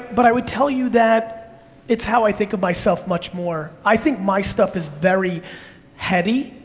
but i would tell you that it's how i think of myself much more. i think my stuff is very heavy,